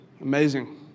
Amazing